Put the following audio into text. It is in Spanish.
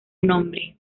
nombre